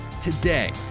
Today